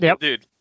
Dude